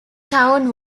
town